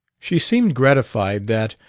she seemed gratified that,